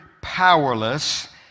powerless